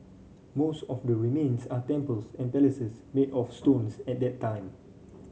most of the remains are temples and palaces made of stones at that time